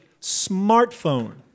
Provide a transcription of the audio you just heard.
smartphone